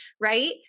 right